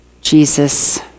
Jesus